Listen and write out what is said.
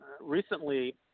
recently